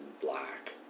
black